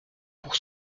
pour